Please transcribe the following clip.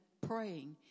praying